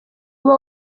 uba